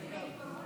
לא הכרתי.